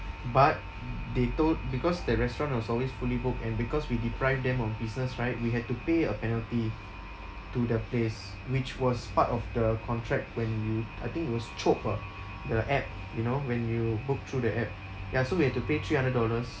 but they told because that restaurant was always fully booked and because we deprived them of business right we had to pay a penalty to the place which was part of the contract when you I think it was Chope ah the app you know when you book through the app ya so we had to pay three hundred dollars